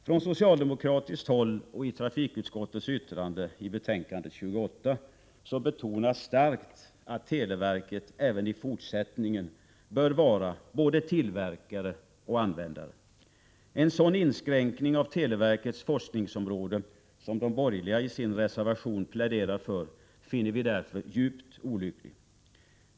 Från socialdemokratiskt håll och i trafikutskottets yttrande i betänkande 28 betonas starkt att televerket även i fortsättningen bör vara både tillverkare och användare. En sådan inskränkning av televerkets forskningsområde som de borgerliga i sin reservation pläderar för finner vi därför djupt olycklig.